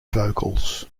vocals